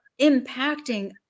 impacting